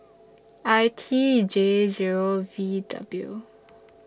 I T J Zero V W